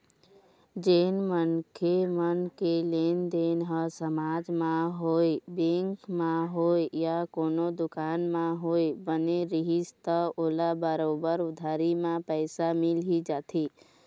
जेन मनखे मन के लेनदेन ह समाज म होवय, बेंक म होवय या कोनो दुकान म होवय, बने रइही त ओला बरोबर उधारी म पइसा मिल ही जाथे